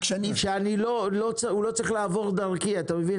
הוא לא צריך לעבור דרכי, אתה מבין?